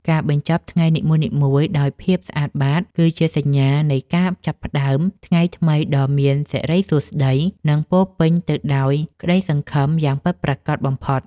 ការបញ្ចប់ថ្ងៃនីមួយៗដោយភាពស្អាតបាត គឺជាសញ្ញានៃការចាប់ផ្តើមថ្ងៃថ្មីដ៏មានសិរីសួស្តី និងពោពេញទៅដោយក្តីសង្ឃឹមយ៉ាងពិតប្រាកដបំផុត។